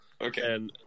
Okay